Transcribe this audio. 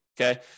okay